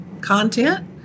content